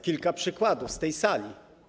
Kilka przykładów z tej sali.